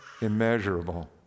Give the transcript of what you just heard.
immeasurable